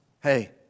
Hey